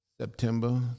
September